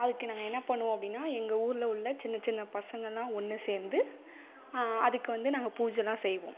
அதுக்கு நாங்கள் என்ன பண்ணுவோம் அப்படின்னா எங்கள் ஊரில் உள்ள சின்னச் சின்ன பசங்கள் எல்லாம் ஒன்று சேர்ந்து அதுக்கு வந்து நாங்கள் பூஜைலாம் செய்வோம்